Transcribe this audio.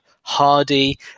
Hardy